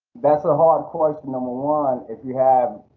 that's a hard question. number one if you have